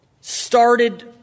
started